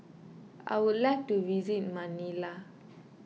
I would like to visit Manila